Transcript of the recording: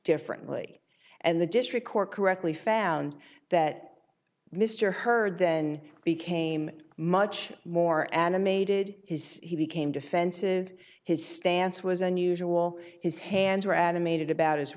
differently and the district court correctly found that mr hurd then became much more animated his he became defensive his stance was unusual his hands were animated about